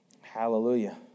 Hallelujah